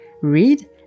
read